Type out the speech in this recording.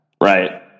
Right